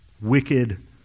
wicked